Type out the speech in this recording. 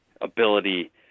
ability